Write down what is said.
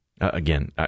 Again